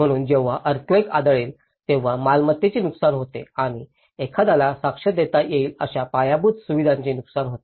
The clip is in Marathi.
म्हणून जेव्हा अर्थक्वेक आदळेल तेव्हा मालमत्तेचे नुकसान होते आणि एखाद्याला साक्ष देता येईल अशा पायाभूत सुविधांचे नुकसान होते